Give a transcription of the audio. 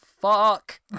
fuck